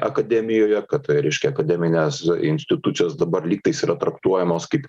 akademijoje kad tai reiškia akademinės institucijos dabar lygtais yra traktuojamos kaip